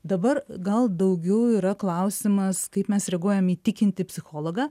dabar gal daugiau yra klausimas kaip mes reaguojam į tikintį psichologą